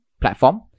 platform